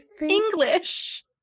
English